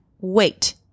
wait